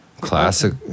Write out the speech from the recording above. Classic